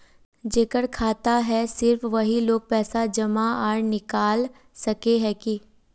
जेकर खाता है सिर्फ वही लोग पैसा जमा आर निकाल सके है की?